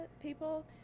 people